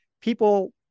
people